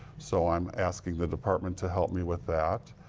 so i'm asking the department to help me with that.